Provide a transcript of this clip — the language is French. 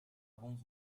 avons